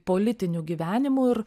politiniu gyvenimu ir